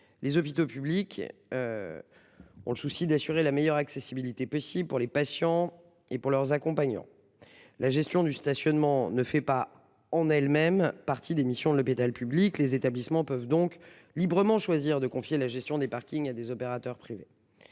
Les hôpitaux publics ont le souci d'assurer la meilleure accessibilité possible pour les patients et leurs accompagnants. La gestion du stationnement ne fait pas, en elle-même, partie des missions de l'hôpital public. Les établissements peuvent donc choisir librement de confier la gestion de leur parking à des opérateurs privés.